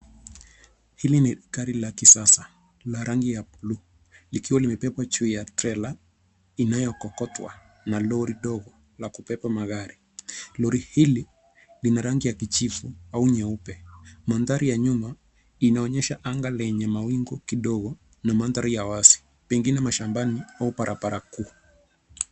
Hili ni gari la kisasa la rangi ya bluu likiwa limebebwa juu ya trela inayokokotwa na lori ndogo la kubeba magari. Lori hili lina rangi ya kijivu au nyeupe. Mandhari ya nyuma inaonyesha anga lenye mawingu kidogo na mandhari ya wazi pengine mashambani au barabara kuu.